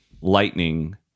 lightning